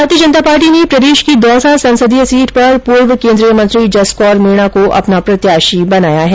भारतीय जनता पार्टी ने प्रदेश की दौसा संसदीय सीट पर पूर्व केन्द्रीय मंत्री जसकौर मीणा को अपना प्रत्याशी बनाया है